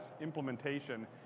implementation